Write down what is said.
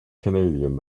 canadian